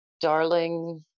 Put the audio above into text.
darling